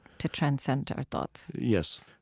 to transcend our thoughts yes.